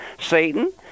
Satan